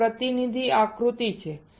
આ પ્રતિનિધિ આકૃતિ છે